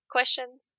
Questions